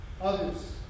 Others